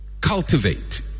cultivate